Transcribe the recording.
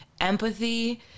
empathy